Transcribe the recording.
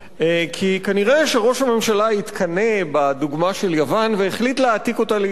כי כנראה ראש הממשלה התקנא בדוגמה של יוון והחליט להעתיק אותה לישראל.